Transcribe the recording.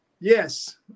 Yes